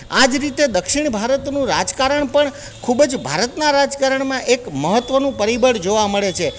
આ જ રીતે દક્ષિણ ભારતનું રાજકારણ પણ ખૂબ જ ભારતના રાજકારણ માં એક મહત્ત્વનું પરિબળ જોવા મળે છે